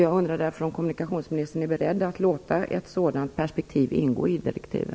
Jag undrar därför om kommunikationsministern är beredd att låta ett sådant perspektiv ingå i direktiven.